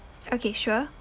okay sure